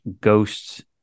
Ghosts